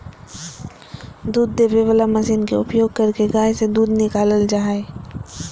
दूध देबे वला मशीन के उपयोग करके गाय से दूध निकालल जा हइ